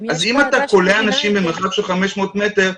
אז אם אתה כולא אנשים במרחק של 500 מטר,